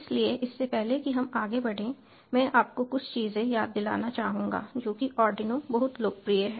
इसलिए इससे पहले कि हम आगे बढ़ें मैं आपको कुछ चीजें याद दिलाना चाहूंगा जो कि आर्डिनो बहुत लोकप्रिय है